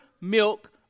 milk